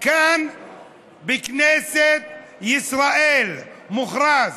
כאן בכנסת ישראל מוכרז.